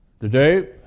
Today